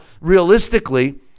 realistically